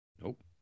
Nope